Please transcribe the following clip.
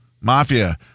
Mafia